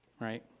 right